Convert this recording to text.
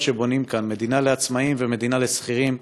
שבונים כאן: מדינה לעצמאים ומדינה לשכירים,